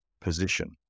position